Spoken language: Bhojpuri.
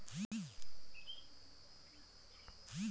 सुरजमुखी मे बीज पड़ले के बाद ऊ झंडेन ओकरा बदे का उपाय बा?